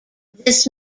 this